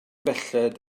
belled